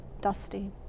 dusty